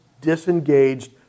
disengaged